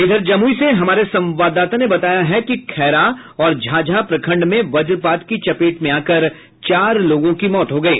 इधर जमुई से हमारे संवाददाता ने बताया है कि खैरा और झाझा प्रखंड में वज्रपात की चपेट में आकर चार लोगों की मौत हो गयी